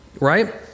right